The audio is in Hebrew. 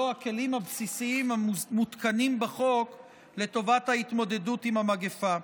הכלים הבסיסיים המותקנים בחוק לטובת ההתמודדות עם המגפה.